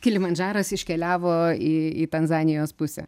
kilimandžaras iškeliavo į į tanzanijos pusę